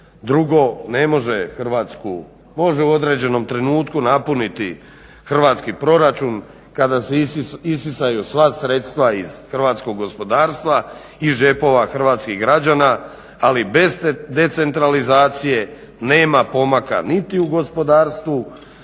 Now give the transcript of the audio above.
drugo ne može Hrvatsku, može u određenom trenutku napuniti hrvatski proračun kada se isisaju sva sredstva iz hrvatskog gospodarstva, iz džepova hrvatskih građana ali bez te decentralizacije nema pomaka niti u gospodarstvu,